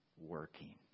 working